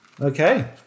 Okay